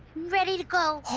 ready to go.